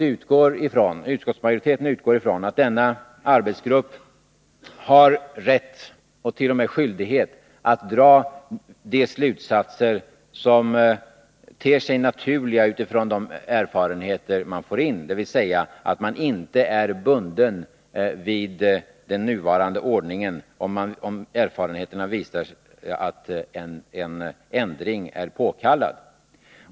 Utskottsmajoriteten utgår ifrån att denna arbetsgrupp har rätt, och t.o.m. skyldighet, att dra de slutsatser som ter sig naturliga utifrån de erfarenheter man får in, dvs. att maninte är bunden vid den nuvarande ordningen om erfarenheterna visar att en ändring är påkallad.